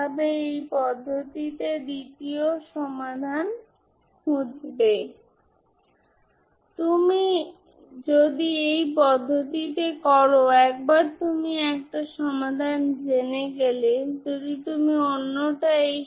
কারণ m 0 0 যা 0 0 দ্বারা বিভক্ত এখানেও sin0 0 দ্বারা 0 যা আসলে আপনার কাছে bm হল 0 bn0 যাই হোক না কেন bn হয়তো আরবিট্রারি কন্সট্যান্ট